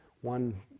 one